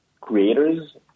Creators